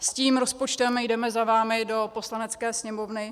S tím rozpočtem jdeme za vámi do Poslanecké sněmovny.